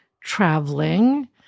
traveling